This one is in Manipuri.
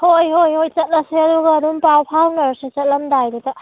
ꯍꯣꯏ ꯍꯣꯏ ꯍꯣꯏ ꯆꯠꯂꯁꯦ ꯑꯗꯨꯒ ꯑꯗꯨꯝ ꯄꯥꯎ ꯐꯥꯎꯅꯔꯁꯦ ꯆꯠꯂꯝꯗꯥꯏꯗꯨꯗ